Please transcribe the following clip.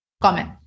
comment